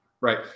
right